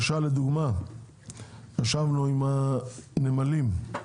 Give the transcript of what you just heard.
ישבנו עם הנמלים,